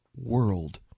world